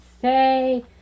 say